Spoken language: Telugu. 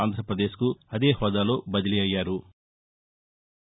ఆంధ్రపదేశ్కు అదే హోదాలో బదిలీ అయ్యారు